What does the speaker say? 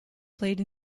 played